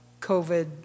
COVID